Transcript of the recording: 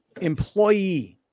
employee